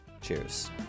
Cheers